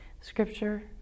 Scripture